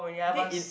I think it